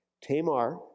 Tamar